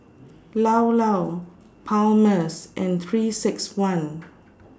Llao Llao Palmer's and three six one